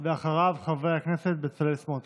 ואחריו, חבר הכנסת בצלאל סמוטריץ'.